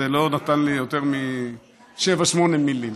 זה לא נתן לי יותר משבע-שמונה מילים.